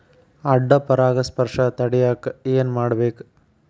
ಅಡ್ಡ ಪರಾಗಸ್ಪರ್ಶ ತಡ್ಯಾಕ ಏನ್ ಮಾಡ್ಬೇಕ್?